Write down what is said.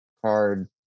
card